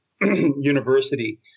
University